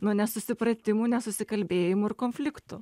nu nesusipratimų nesusikalbėjimų ir konfliktų